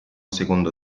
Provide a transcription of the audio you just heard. secondo